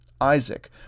Isaac